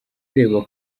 ureba